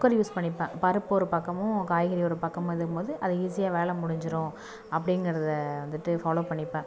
cooker use பண்ணிப்பேன் பருப்பு ஒரு பக்கம் காய்கறி ஒரு பக்கம் இதுவும் போது அதை ஈசியாக வேலை முடிஞ்சுரும் அப்படிங்குறத வந்துட்டு ஃபாலோ பண்ணிப்பேன்